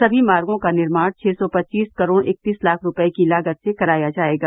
सभी मार्गो का निर्माण छ सौ पच्चीस करोड़ इकतीस लाख रूपये की लागत से कराया जाएगा